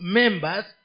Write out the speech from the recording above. members